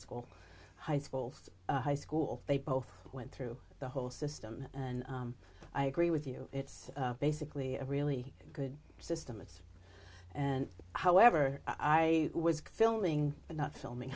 school high schools high school they both went through the whole system and i agree with you it's basically a really good system it's and however i was filling in not filming